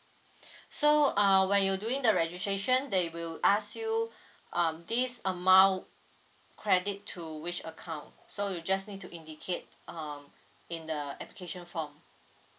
so uh when you doing the registration they will ask you um this amount credit to which account so you just need to indicate uh in the application form